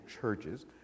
churches